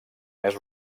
més